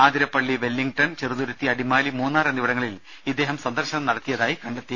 ആതിരപ്പള്ളി വെല്ലിംഗ്ടെൺ ചെറുതുരുത്തി അടിമാലി മൂന്നാർ എന്നിവിടങ്ങളിൽ ഇദ്ദേഹം സന്ദർശനം നടത്തിയതായി കണ്ടെത്തി